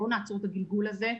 בואו נעצור את הגלגול הזה,